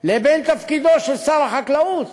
לבין תפקידו של שר החקלאות